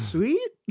Sweet